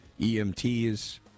EMTs